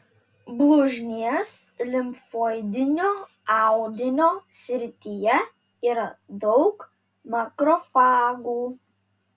blužnies limfoidinio audinio srityje yra daug makrofagų